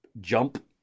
jump